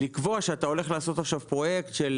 שאתה הולך לעשות פרויקט של